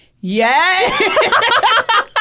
Yes